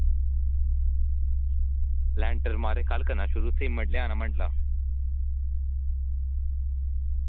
लैंटर म्हाराज कल्ल करागे शुरू सीमेंट लेआना मंडल दा